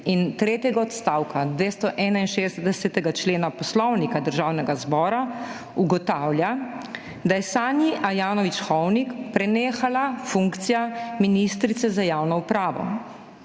in tretjega odstavka 261. člena Poslovnika Državnega zbora ugotavlja, da je Sanji Ajanović Hovnik prenehala funkcija ministrice za javno upravo.